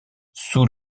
sous